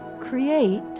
create